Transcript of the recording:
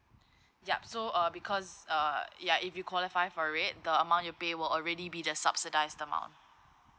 yup so uh because uh ya if you qualify for it the amount you pay will already be the subsidised amount